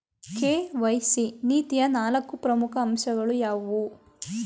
KYC ನೀತಿಯ ನಾಲ್ಕು ಪ್ರಮುಖ ಅಂಶಗಳು ಯಾವುವು?